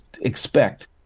expect